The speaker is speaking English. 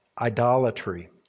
idolatry